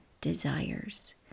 desires